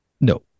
No